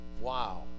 Wow